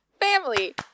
Family